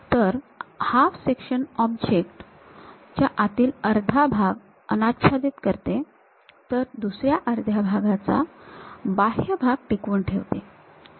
तर half section object च्या आतील अर्धा भाग अनाच्छादित करते तर दुसऱ्या अर्ध्या भागाचा बाह्य भाग टिकवून ठेवतो